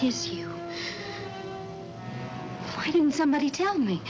he's finding somebody tell